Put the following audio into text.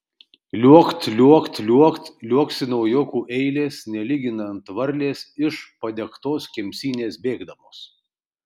liuokt liuokt liuokt liuoksi naujokų eilės nelyginant varlės iš padegtos kemsynės bėgdamos